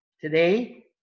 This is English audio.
today